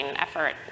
effort